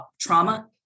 trauma